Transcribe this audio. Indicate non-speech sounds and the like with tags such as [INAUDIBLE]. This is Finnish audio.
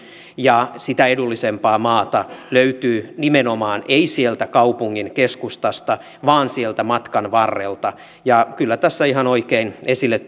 sitä edullisempaa maata löytyy ei sieltä kaupungin keskustasta vaan nimenomaan sieltä matkan varrelta kyllä tässä ihan oikein esille [UNINTELLIGIBLE]